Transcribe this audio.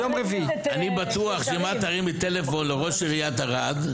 אני בטוח שאם את תרימי טלפון לראש עיריית ערד,